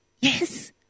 yes